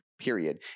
period